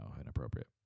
inappropriate